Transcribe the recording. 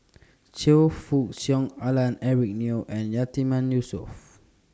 Choe Fook Cheong Alan Eric Neo and Yatiman Yusof